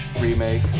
remake